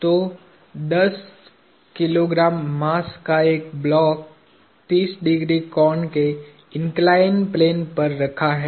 तो दस किग्रा मास का एक ब्लॉक 30° कोण के इन्कलाईन्ड प्लेन पर रखा है